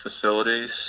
facilities